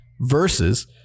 versus